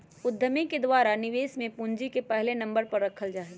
उद्यमि के द्वारा निवेश में पूंजी के पहले नम्बर पर रखल जा हई